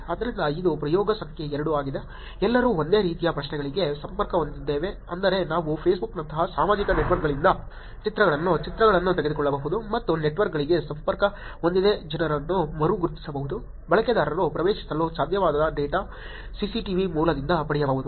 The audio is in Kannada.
ಆದ್ದರಿಂದ ಇದು ಪ್ರಯೋಗ ಸಂಖ್ಯೆ 2 ಆಗಿದೆ ಎಲ್ಲರೂ ಒಂದೇ ರೀತಿಯ ಪ್ರಶ್ನೆಗಳಿಗೆ ಸಂಪರ್ಕ ಹೊಂದಿದ್ದೇವೆ ಅಂದರೆ ನಾವು ಫೇಸ್ಬುಕ್ನಂತಹ ಸಾಮಾಜಿಕ ನೆಟ್ವರ್ಕ್ಗಳಿಂದ ಚಿತ್ರಗಳನ್ನು ಚಿತ್ರಗಳನ್ನು ತೆಗೆದುಕೊಳ್ಳಬಹುದು ಮತ್ತು ನೆಟ್ವರ್ಕ್ಗಳಿಗೆ ಸಂಪರ್ಕ ಹೊಂದಿದ ಜನರನ್ನು ಮರು ಗುರುತಿಸಬಹುದು ಬಳಕೆದಾರರು ಪ್ರವೇಶಿಸಲು ಸಾಧ್ಯವಾಗದ ಡೇಟಾ ಸಿಸಿಟಿವಿ ಮೂಲದಿಂದ ಪಡೆಯಬಹುದು